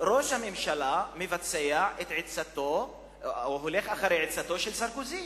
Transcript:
ראש הממשלה הולך אחר עצתו של סרקוזי